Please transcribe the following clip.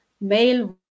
male